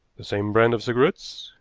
the same brand of cigarettes?